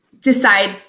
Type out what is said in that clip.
decide